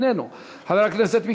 חבר הכנסת ג'מאל זחאלקה,